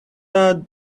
out